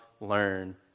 learn